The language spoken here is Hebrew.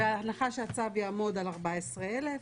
בהנחה שהצו יעמוד על 14,000,